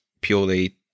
purely